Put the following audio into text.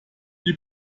die